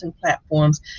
platforms